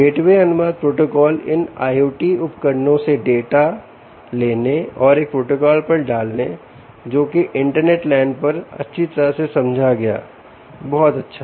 gateway अनुवाद protocol इन IoT उपकरणों से डाटा लेने और एक प्रोटोकॉल पर डालने जो की इंटरनेट लैन पर अच्छी तरह से समझा गया बहुत अच्छा